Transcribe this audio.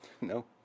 No